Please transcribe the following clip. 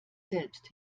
selbst